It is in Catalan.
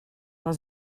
les